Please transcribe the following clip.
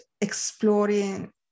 exploring